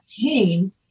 pain